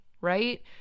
right